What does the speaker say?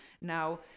Now